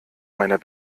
meiner